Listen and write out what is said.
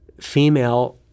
female